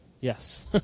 yes